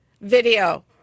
video